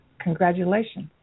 Congratulations